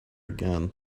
again